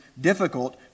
difficult